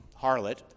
harlot